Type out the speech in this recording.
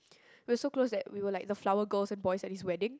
we were so close that we were like the flower girls and boys at his wedding